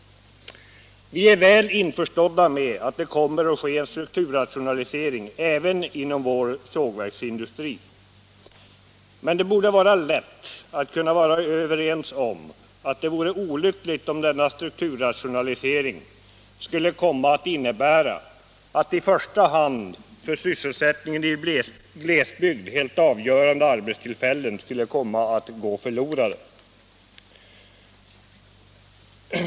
Vi är väl införstådda med att det kommer att ske en strukturrationalisering även inom vår sågverksindustri. Men det borde vara lätt att bli överens om att det vore olyckligt, om denna strukturrationalisering skulle komma att innebära att i första hand för sysselsättningen i glesbygd helt avgörande arbetstillfällen skulle gå förlorade.